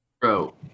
Bro